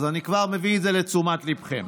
אז אני כבר מביא את זה לתשומת ליבכם.